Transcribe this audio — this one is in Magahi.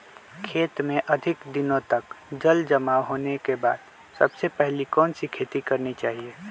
खेत में अधिक दिनों तक जल जमाओ होने के बाद सबसे पहली कौन सी खेती करनी चाहिए?